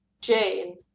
jane